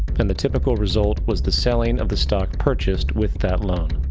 and the typical result was the selling of the stock purchased with that loan.